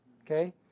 Okay